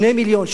6 מיליון,